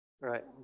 right